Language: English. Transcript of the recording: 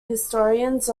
historians